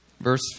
Verse